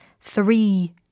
three